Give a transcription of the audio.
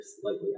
slightly